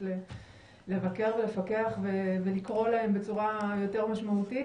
לבקר ולפקח ולקרוא להם בצורה יותר משמעותית,